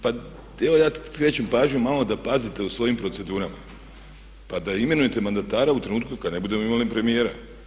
Pa evo ja skrećem pažnju malo da pazite u svojim procedurama pa da imenujete mandatara u trenutku kada ne budemo imali premijera.